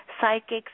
psychics